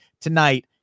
tonight